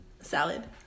Salad